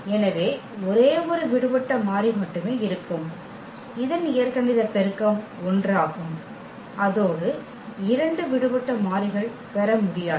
எனவே ஒரே ஒரு விடுபட்ட மாறி மட்டுமே இருக்கும் இதன் இயற்கணித பெருக்கம் ஒன்றாகும் அதோடு இரண்டு விடுபட்ட மாறிகள் பெற முடியாது